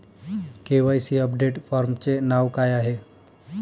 KYC update फॉर्मचे नाव काय आहे?